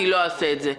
לא אעשה את זה.